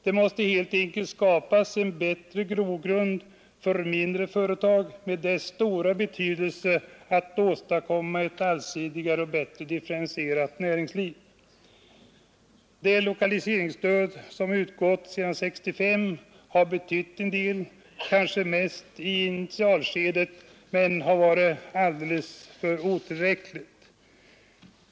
Det måste helt enkelt skapas en bättre grogrund för mindre företag med deras stora betydelse för att åstadkomma ett allsidigare och bättre differentierat näringsliv. Det lokaliseringsstöd som utgått sedan 1965 har betytt en del — kanske mest i initialskedet — men det har varit alldeles otillräckligt.